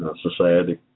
society